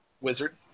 wizard